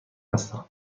هستم